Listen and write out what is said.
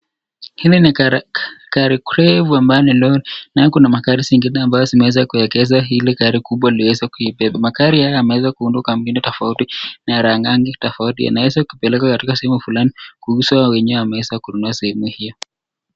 Hili ni gari refu ambayo ni lori. Nayo kuna magari zingine ambazo zimeweza kuwekezwa ili gari kubwa liweze kuibeba. Magari haya yameweza kuundwa kwa miundo tofauti na ya rangi tofauti. Yanaweza kupelekwa katika sehemu fulani kuuzwa au wenyewe wameweza kununua sehemu hiyo.